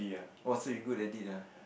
!wah! so you good at it ah